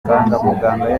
muganga